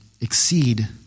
exceed